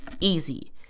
easy